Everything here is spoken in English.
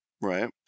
right